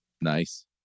Nice